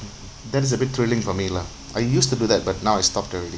that is a bit thrilling for me lah I used to do that but now I stopped already